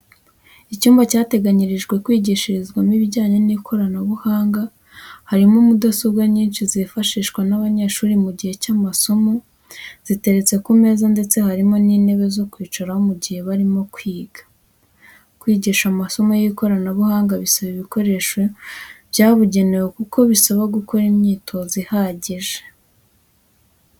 Icyumba cyateganyirijwe kwigishirizwamo ibijyanye n'ikoranabuhanga, harimo mudasobwa nyinshi zifashishwa n'abanyeshuri mu gihe cy'amasomo ziteretse ku meza ndetse harimo n'intebe zo kwicaraho mu gihe barimo kwiga. Kwigisha amasomo y'ikoranabuhanga bisaba ibikoresho byabugenewe kuko bisaba gukora imyitozo ihagije.